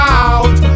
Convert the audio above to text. out